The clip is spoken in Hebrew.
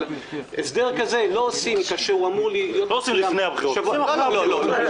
אבל הסדר כזה לא עושים --- לא עושים לפני בחירות אלא אחריהן.